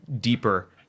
deeper